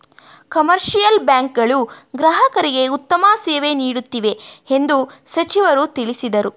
commercial bank ಗಳು ಗ್ರಾಹಕರಿಗೆ ಉತ್ತಮ ಸೇವೆ ನೀಡುತ್ತಿವೆ ಎಂದು ಸಚಿವರು ತಿಳಿಸಿದರು